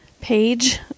page